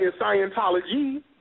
Scientology